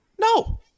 No